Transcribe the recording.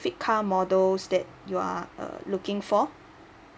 car models that you are uh looking for